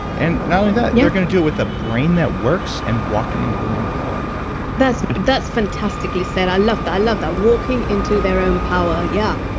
and not only that, they're going to do it with a brain that works and walking into their own power that's that's fantastic. you said, i love that. i love that walking into their own power. yeah.